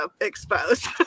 exposed